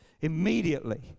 Immediately